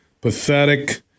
Pathetic